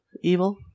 Evil